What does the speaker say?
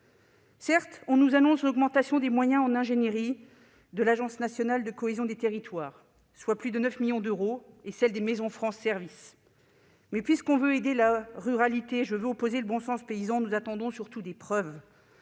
Certes, on nous annonce l'augmentation des moyens en ingénierie de l'Agence nationale de la cohésion des territoires, soit plus de 9 millions d'euros, et des maisons France Services. Mais puisqu'on veut aider la ruralité, j'invoquerai le bon sens paysan : nous attendons surtout des preuves